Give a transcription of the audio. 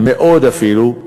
מאוד אפילו,